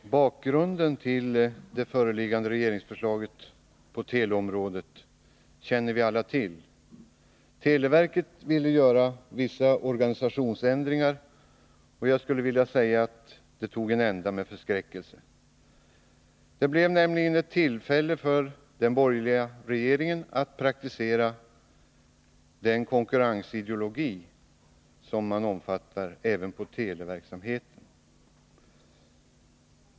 Herr talman! Bakgrunden till föreliggande regeringsförslag på teleområdet känner vi alla till. Televerket ville göra vissa organisationsändringar och jag skulle vilja säga att det tog en ända med förskräckelse. Det blev ett tillfälle för den borgerliga regeringen att praktisera den konkurrensideologi som man omfattar även på televerksamhetens område.